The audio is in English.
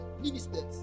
ministers